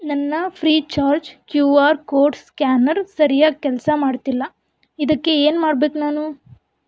ನನ್ನ Freecharge Q R code scanner ಸರಿಯಾಗಿ ಕೆಲಸ ಮಾಡ್ತಿಲ್ಲ ಇದಕ್ಕೆ ಏನು ಮಾಡಬೇಕು ನಾನು